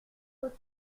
temps